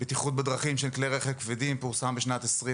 בטיחות בדרכים של כלי רכב כבדים, פורסם בשנת 2020,